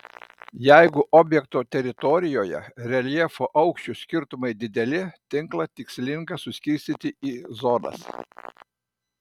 jeigu objekto teritorijoje reljefo aukščių skirtumai dideli tinklą tikslinga suskirstyti į zonas